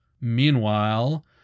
Meanwhile